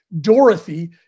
Dorothy